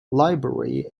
library